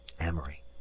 amory